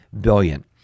billion